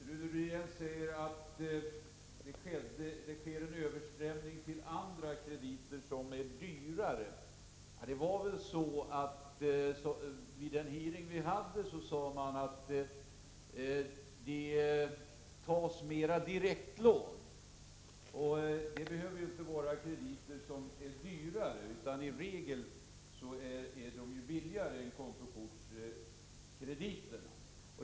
Herr talman! Rune Rydén säger att det sker en överströmning till andra krediter, som är dyrare. Vid den hearing som vi hade sades det att det tas mera direktlån. Det behöver inte vara krediter som är dyrare, utan i regel är de billigare än kontokortskrediterna.